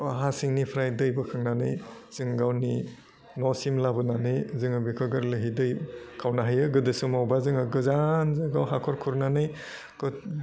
हा सिंनिफ्राय दै बोखांनानै जों गावनि न'सिम लाबोनानै जोङो बेखौ गोरलैहै दै खावनो हायो गोदो समावबा जोङो गोजान जायगायाव हाखर खुरनानै गोद